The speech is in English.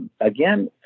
again